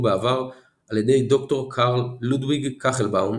בעבר על ידי ד"ר קארל לודוויג כחלבאום,